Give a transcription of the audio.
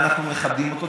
ואנחנו מכבדים אותו.